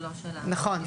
נכון.